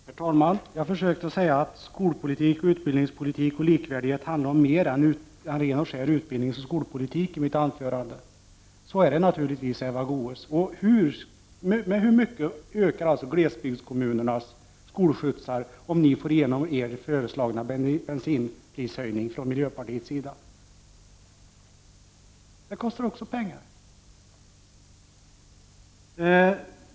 Herr talman! Jag försökte i mitt huvudanförande säga att frågan om likvärdighet i skolan handlar om mer än ren och skär skolpolitik och utbildningspolitik. Så är det naturligtvis, Eva Goéös. Hur mycket ökar kostnaderna för glesbygdskommunernas skolskjutsar om miljöpartiet får igenom sin föreslagna bensinprishöjning? Detta kostar också pengar.